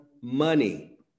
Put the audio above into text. money